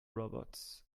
robots